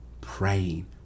praying